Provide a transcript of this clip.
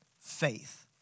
faith